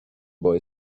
boy